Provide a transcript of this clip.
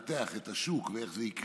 זה בא בעצם לנתח את השוק ואיך זה יקרה,